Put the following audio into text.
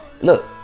Look